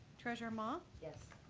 treasurer ma. yes.